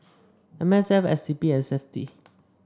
M S F S D P and Safti